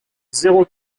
zéro